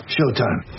Showtime